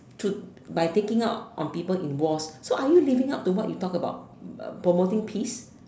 to by taking out on people in Wars so are you living up to what you talk about promoting peace